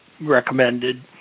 recommended